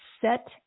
set